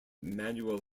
manual